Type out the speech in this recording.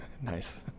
nice